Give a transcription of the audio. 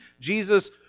Jesus